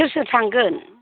सोर सोर थांगोन